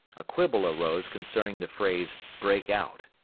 a quibble arose concerning the phrase break out.